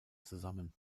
zusammen